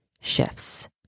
shifts